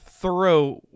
thorough